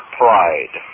pride